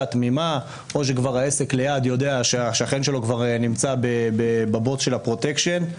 תמימה או שכבר העסק ליד יודע שהשכן שלו כבר נמצא בבוץ של הפרוטקשן,